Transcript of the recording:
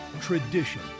tradition